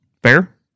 Fair